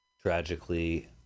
tragically